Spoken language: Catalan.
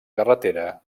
carretera